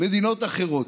מדינות אחרות.